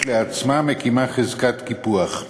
כשלעצמה מקימה חזקת קיפוח,